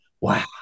wow